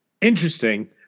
Interesting